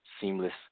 seamless